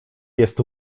jest